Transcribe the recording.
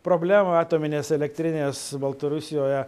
problema atominės elektrinės baltarusijoje